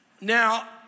now